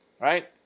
right